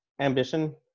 ambition